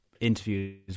interviews